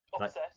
Obsessed